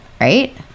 right